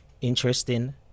interesting